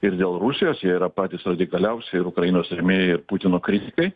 ir dėl rusijos jie yra patys radikaliausi ir ukrainos rėmėjai ir putino kritikai